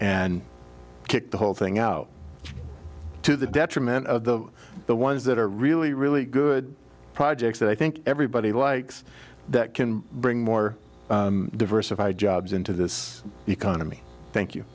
and kick the whole thing out to the detriment of the the ones that are really really good projects that i think everybody likes that can bring more diversified jobs into this economy thank you